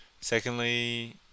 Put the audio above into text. secondly